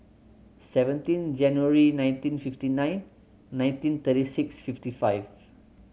seventeen January nineteen fifty nine nineteen thirty six fifty five